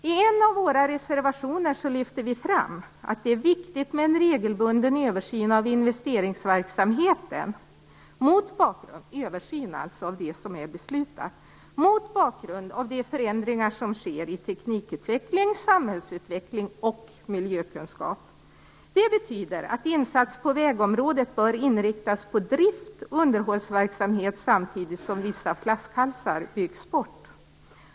I en av våra reservationer lyfter vi fram att det är viktigt med en regelbunden översyn av investeringsverksamheten, när det gäller det som är beslutat, mot bakgrund av de förändringar som sker i teknikutveckling, samhällsutveckling och miljökunskap. Det betyder att insatser på vägområdet bör inriktas på driftsoch underhållsverksamhet samtidigt som vissa flaskhalsar byggs bort.